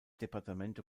departamento